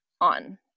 on